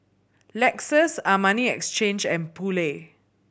Lexus Armani Exchange and Poulet